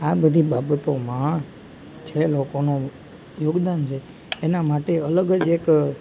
આ બધી બાબતોમાં જે લોકોનો યોગદાન છે એના માટે અલગ જ એક